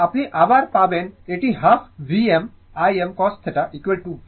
এবং আপনি আবার পাবেন এটি half Vm Im cos θ V I cos θ